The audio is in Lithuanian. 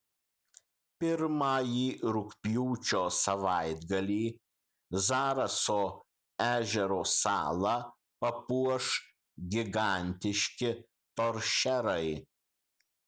pirmąjį rugpjūčio savaitgalį zaraso ežero salą papuoš gigantiški toršerai